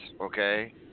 okay